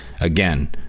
Again